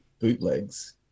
bootlegs